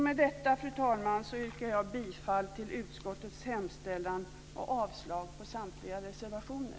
Med detta, fru talman, yrkar jag bifall till utskottets hemställan och avslag på samtliga reservationer.